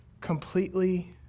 Completely